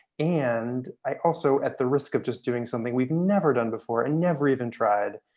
and i also, at the risk of just doing something we've never done before and never even tried,